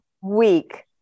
week